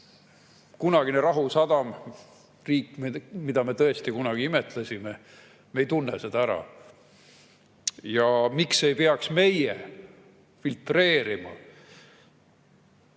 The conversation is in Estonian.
Kunagine rahusadam, riik, mida me tõesti kunagi imetlesime – me ei tunne seda ära. Ja miks ei peaks meie filtreerima,